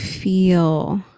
feel